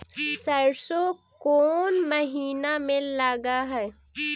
सरसों कोन महिना में लग है?